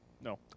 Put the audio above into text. No